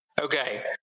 Okay